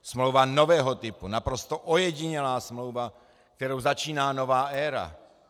Smlouva nového typu, naprosto ojedinělá smlouva, kterou začíná nová éra.